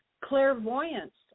clairvoyance